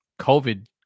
covid